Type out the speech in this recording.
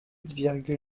virgule